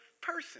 person